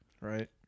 Right